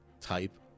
type